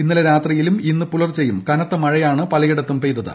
ഇന്നലെ രാത്രിയിലും ഇന്ന് പുലർച്ചെയും കനത്ത മഴയാണ് പലയിടത്തും പെയ്തത്